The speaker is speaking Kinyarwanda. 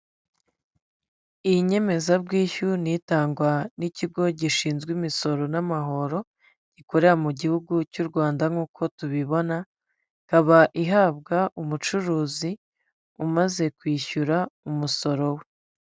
Iyi nyemezabwishyu ni itangwa n'ikigo gishinzwe imisoro n'amahoro, gikorera mu gihugu cy'u rwanda nk'uko tubibona, ikaba ihabwa umucuruzi, umaze kwishyura umusoro we.